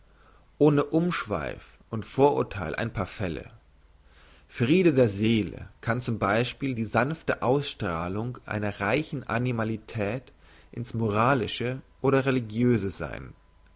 ohne umschweif und vorurtheil ein paar fälle frieden der seele kann zum beispiel die sanfte ausstrahlung einer reichen animalität in's moralische oder religiöse sein